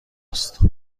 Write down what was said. است